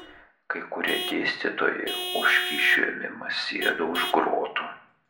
kai kurie dėstytojai už kyšių ėmimą sėdo už grotų